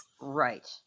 Right